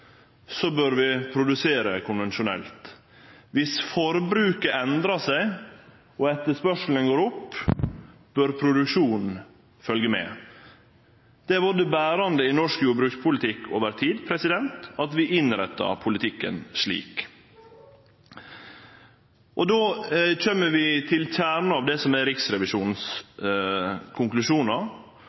bør vi produsere konvensjonelt. Dersom forbruket endrar seg og etterspørselen går opp, bør produksjonen følgje med. Det har vore det berande i norsk jordbrukspolitikk over tid, at vi innrettar politikken slik. Då kjem vi til kjernen av det som er Riksrevisjonens konklusjonar,